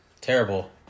Terrible